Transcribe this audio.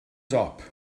dop